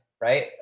right